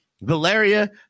Valeria